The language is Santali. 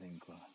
ᱟᱠᱷᱨᱤᱧ ᱠᱚᱣᱟ